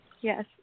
Yes